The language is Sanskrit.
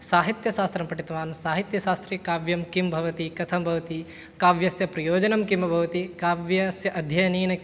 साहित्यशास्त्रं पठितवान् साहित्यशास्त्रे काव्यं किं भवति कथं भवति काव्यस्य प्रयोजनं किं भवति काव्यस्य अध्ययनेन